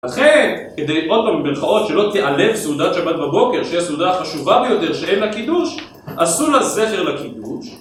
לכן, כדי עוד פעם במרכאות ״שלא תיעלב סעודת שבת בבוקר״ שיהיה סעודה חשובה ביותר, שאין לה קידוש, עשו לזכר לקידוש.